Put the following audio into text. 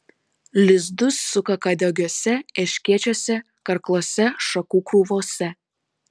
lizdus suka kadagiuose erškėčiuose karkluose šakų krūvose